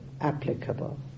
applicable